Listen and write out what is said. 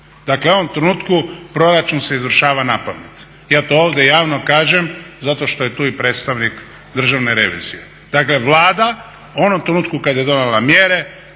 Dakle, u ovom trenutku proračun se izvršava napamet. Ja to ovdje javno kažem zato što je tu i predstavnik Državne revizije. Dakle, Vlada u onom trenutku kada je donijela mjere